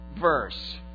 verse